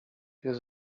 jest